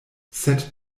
sed